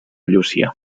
llúcia